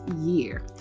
year